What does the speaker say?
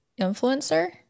influencer